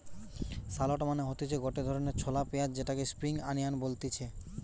shallot মানে হতিছে গটে ধরণের ছলা পেঁয়াজ যেটাকে স্প্রিং আনিয়ান বলতিছে